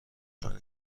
کنی